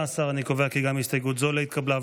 אני קובע כי גם הסתייגות זו לא התקבלה.